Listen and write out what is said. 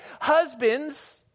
Husbands—